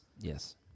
yes